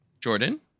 jordan